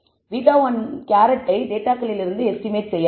β̂1 ஐ டேட்டாகளிலிருந்து எஸ்டிமேட் செய்யலாம்